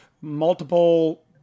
multiple